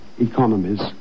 economies